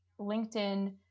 LinkedIn